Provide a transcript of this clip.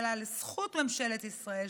לזכות ממשלת ישראל השלושים-ושבע,